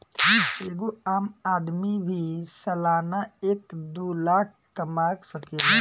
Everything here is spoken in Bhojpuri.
एगो आम आदमी भी सालाना एक दू लाख कमा सकेला